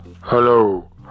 Hello